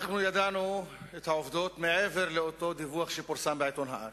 ידענו את העובדות מעבר לדיווח שפורסם בעיתון "הארץ".